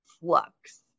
flux